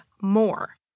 more